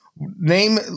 Name